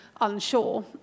unsure